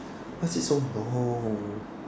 why is it so long